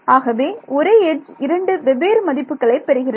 ஆகவே ஒரே எட்ஜ் இரண்டு வெவ்வேறு மதிப்புகளை பெறுகிறது